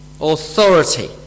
authority